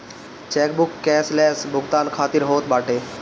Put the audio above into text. chequebook cashless भुगतान खातिर होत बाटे